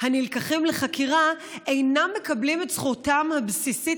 הנלקחים לחקירה אינם מקבלים את זכותם הבסיסית